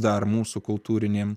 dar mūsų kultūriniam